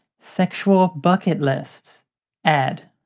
sexual bucket lists ad.